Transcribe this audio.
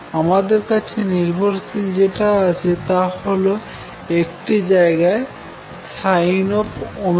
আমাদের কাছে নির্ভরশীল যেটা আছে সেতা হল একটি জায়গায় Sinωt